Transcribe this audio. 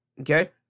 okay